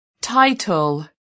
Title